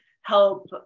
help